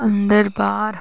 अंदर बाहर